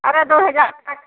अरे दो हजार तक